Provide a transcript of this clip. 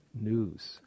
news